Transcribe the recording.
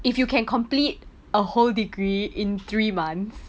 if you can complete a whole degree in three months